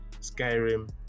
Skyrim